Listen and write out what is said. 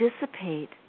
dissipate